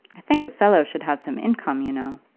i think a fellow should have some income, you know.